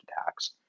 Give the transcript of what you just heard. attacks